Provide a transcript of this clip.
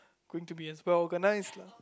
going to be as well organised lah